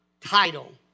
title